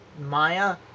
Maya